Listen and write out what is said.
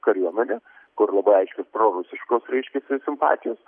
kariuomenę kur labai aiškios prorusiškos reiškiasi simpatijos